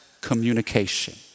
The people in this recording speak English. communication